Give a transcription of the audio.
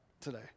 today